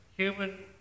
human